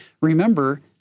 Remember